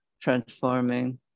transforming